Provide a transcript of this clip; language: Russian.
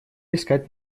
искать